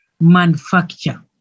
manufacture